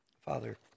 Father